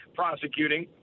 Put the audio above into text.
prosecuting